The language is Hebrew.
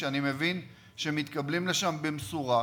שאני מבין שמתקבלים לשם במשורה.